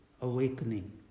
awakening